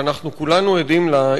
שאנחנו כולנו עדים לה,